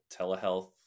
Telehealth